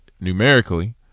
numerically